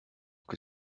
kui